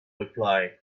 reply